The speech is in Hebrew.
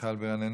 מיכל בירן,